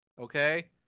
Okay